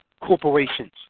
corporations